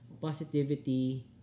positivity